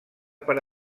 per